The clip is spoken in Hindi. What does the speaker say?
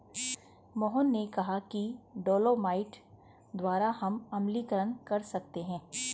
मोहन ने कहा कि डोलोमाइट द्वारा हम अम्लीकरण कर सकते हैं